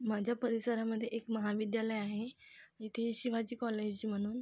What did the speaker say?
माझ्या परिसरामध्ये एक महाविद्यालय आहे इथे शिवाजी कॉलेज म्हणून